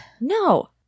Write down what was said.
No